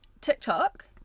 TikTok